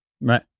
right